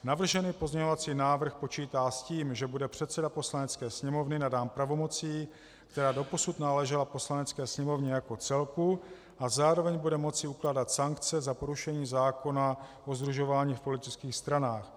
Navržený pozměňovací návrh počítá s tím, že bude předseda Poslanecké sněmovny nadán pravomocí, která doposud náležela Poslanecké sněmovně jako celku, a zároveň bude moci ukládat sankce za porušení zákona o sdružování v politických stranách.